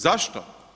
Zašto?